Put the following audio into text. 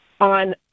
on